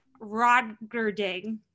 Rodgerding